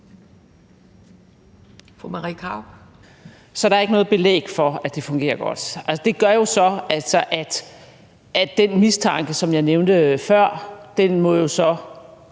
Så der er ikke noget belæg for, at det fungerer godt. Altså, det gør jo så, at den mistanke, som jeg nævnte før, må være